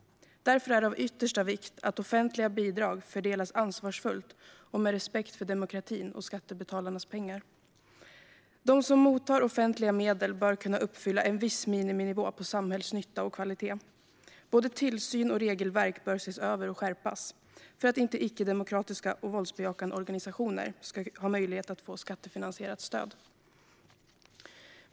Därför är det av yttersta vikt att offentliga bidrag fördelas ansvarsfullt och med respekt för demokratin och skattebetalarnas pengar. De som mottar offentliga medel bör kunna uppfylla en viss miniminivå vad gäller samhällsnytta och kvalitet. Både tillsyn och regelverk bör ses över och skärpas för att icke-demokratiska och våldsbejakande organisationer inte ska ha möjlighet att få skattefinansierat stöd.